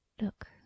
Look